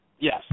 Yes